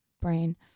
brain